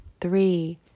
three